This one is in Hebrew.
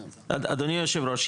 אדוני יושב הראש,